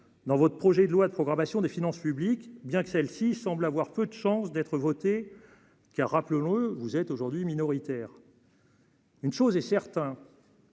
dans votre projet de loi de programmation des finances publiques, bien que celle-ci semble avoir peu de chances d'être voté, qui a rappelé loin : vous êtes aujourd'hui minoritaires. Une chose est certain.